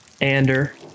Ander